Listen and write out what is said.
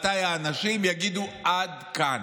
מתי האנשים יגידו עד כאן.